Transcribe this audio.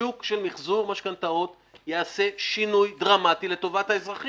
שוק של מחזור משכנתאות יעשה שינוי דרמטי לטובת האזרחים.